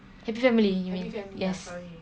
happy family you mean yes